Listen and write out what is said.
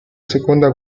seconda